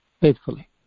faithfully